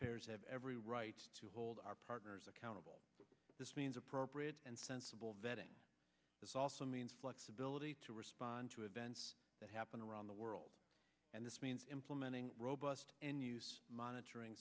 payers have every right to hold our partners accountable this means appropriate and sensible vetting this also means flexibility to respond to events that happen around the world and this means implementing robust monitoring